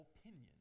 opinion